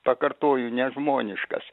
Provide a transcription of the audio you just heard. pakartoju nežmoniškas